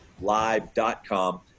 live.com